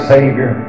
Savior